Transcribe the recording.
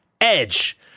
Edge